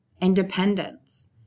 independence